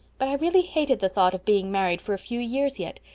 but i really hated the thought of being married for a few years yet.